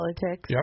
politics